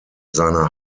seiner